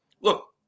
look